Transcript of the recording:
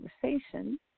conversation